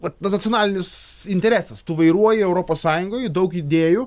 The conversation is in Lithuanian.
va nacionalinis interesas tu vairuoji europos sąjungoj daug idėjų